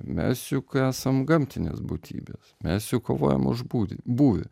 mes juk esam gamtinės būtybės mes juk kovojam už būtį būvį